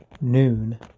noon